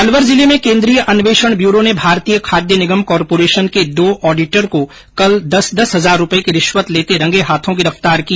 अलवर जिले में केन्द्रीय अन्वेषण ब्यूरो ने भारतीय खाद्य निगम कॉर्पोरेशन के दो ऑडिटर को कल दस दस हजार रूपये की रिश्वत लेते रंगे हाथों गिरफ्तार किया